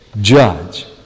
judge